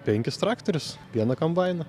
penkis traktorius vieną kombainą